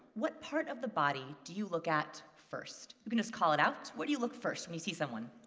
what part of the body do you look at first? you can just call it out. what do you look at first when you see someone?